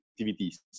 activities